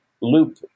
loop